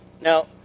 Now